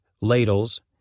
ladles